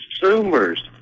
consumer's